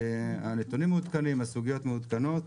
הנתונים מעודכנים, הסוגיות מעודכנות.